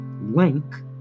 link